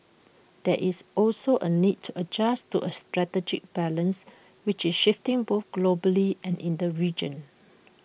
there is also A need to adjust to A strategic balance which is shifting both globally and in the region